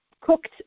cooked